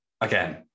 Again